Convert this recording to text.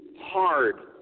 hard